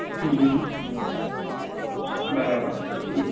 હં હં હં બરાબર હં